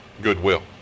goodwill